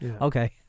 Okay